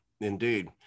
indeed